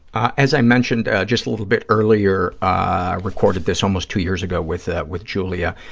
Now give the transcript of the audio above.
ah as i mentioned just a little bit earlier, i recorded this almost two years ago with ah with giulia,